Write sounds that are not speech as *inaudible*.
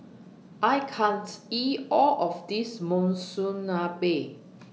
I can't *unintelligible* eat All of This Monsunabe